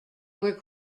were